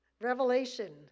Revelation